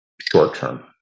short-term